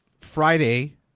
friday